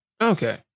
Okay